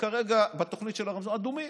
שכרגע בתוכנית של הרמזור, אדומים.